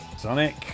Sonic